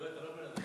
יואל, אתה לא הולך.